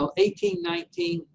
um eighteen nineteen,